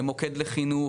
הן מוקד לחינוך,